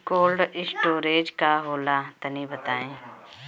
Cold storage का होला तनि बताई?